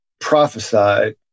prophesied